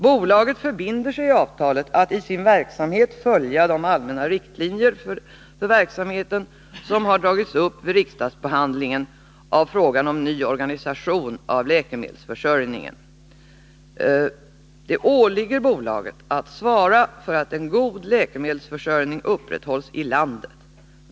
Bolaget förbinder sig i avtalet att i sin verksamhet följa de allmänna riktlinjer för verksamheten som dragits upp vid riksdagsbehandlingen av frågan om ny organisation av läkemedelsförsörjningen m.m. . Det åligger bolaget att svara för att en god läkemedelsförsörjning upprätthålls i landet.